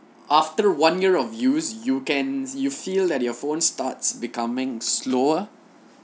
after one year of use you can you feel that your phone starts becoming slower